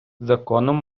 законом